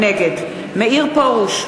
נגד מאיר פרוש,